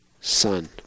Son